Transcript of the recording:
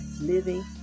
living